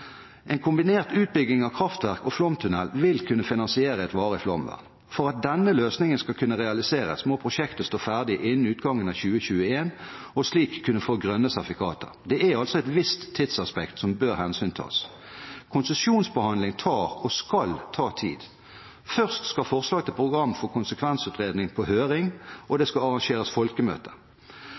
En kombinert utbygging av kraftverk og flomtunnel vil kunne finansiere et varig flomvern. For at denne løsningen skal kunne realiseres, må prosjektet stå ferdig innen utgangen av 2021 og slik kunne få grønne sertifikater. Det er altså et visst tidsaspekt som bør hensyntas. Konsesjonsbehandling tar og skal ta tid. Først skal forslag til program for konsekvensutredning på høring, og det skal arrangeres